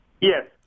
Yes